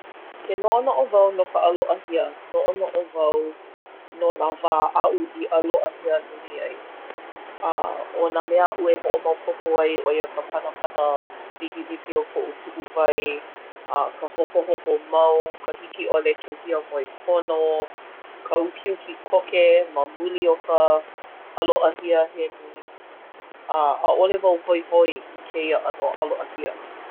Ke noʻonoʻo wau no ka ʻaloʻahia, noʻonoʻo wau no nā wā aʻu i ʻaloʻahia nui ai. A, ʻo nā mea aʻu e hoʻomaopopo ai ʻo ia hoʻi ka panapana wikiwiki o koʻu puʻuwai, ka hopohopo mau, ka hiki ʻole ke hiamoe pono, ka ukiuki koke ma muli o ka ʻaloʻahia he nui. A, ʻaʻole wau hoihoi i kēia ʻano ʻaloʻahia.